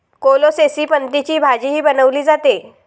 कोलोसेसी पतींची भाजीही बनवली जाते